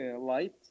light